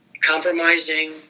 compromising